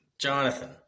Jonathan